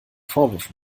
vorwurf